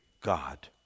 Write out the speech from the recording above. God